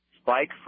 Spike